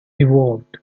evolved